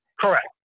Correct